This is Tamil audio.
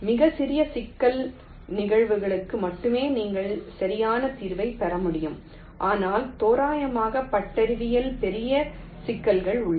மிகச் சிறிய சிக்கல் நிகழ்வுகளுக்கு மட்டுமே நீங்கள் சரியான தீர்வைப் பெற முடியும் ஆனால் தோராயமான பட்டறிவில் பெரிய சிக்கல்கள் உள்ளன